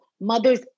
Mothers